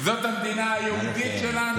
זאת המדינה היהודית שלנו?